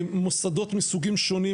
מוסדות מסוגים שונים,